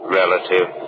relative